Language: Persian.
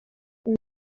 خوب